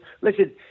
listen